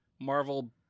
Marvel